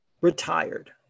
retired